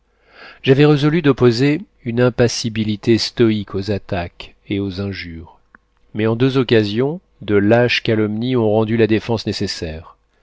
j'avais résolu d'opposer une impassibilité stoïque aux attaques et aux injures mais en deux occasions de lâches calomnies ont rendu la défense nécessaire